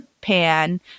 Pan